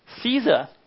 Caesar